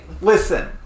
Listen